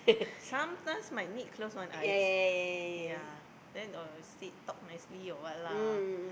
sometimes might need close one eyes ya then obviously talk nicely or what lah